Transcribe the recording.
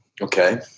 Okay